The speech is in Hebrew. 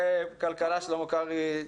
כלכלה, שלמה קרעי.